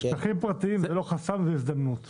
שטחים פרטיים זה לא חסם, זו הזדמנות.